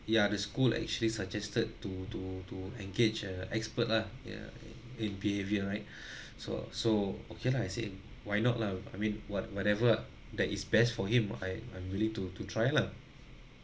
ya the school actually suggested to to to engage a expert lah ya it behavior right so so okay lah I said why not lah I mean what whatever ah that is best for him I I'm willing to to try lah